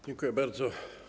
Dziękuję bardzo.